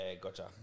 gotcha